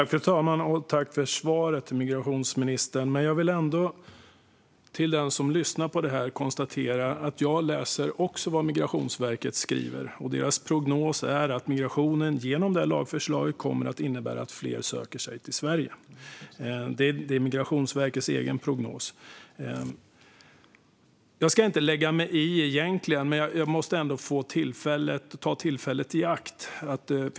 Fru talman! Jag tackar för svaret, migrationsministern. Jag vill ändå för den som lyssnar på debatten konstatera att även jag läser vad Migrationsverket skriver. Deras prognos är att migrationen genom lagförslaget kommer att innebära att fler söker sig till Sverige. Det är Migrationsverkets egen prognos. Jag ska inte lägga mig i, men jag måste få ta tillfället i akt.